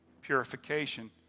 Purification